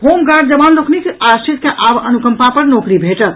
home guard जवान लोकनिक आश्रित के आब अनुकंपा पर नौकरी भेटत